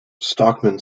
stockman